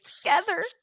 together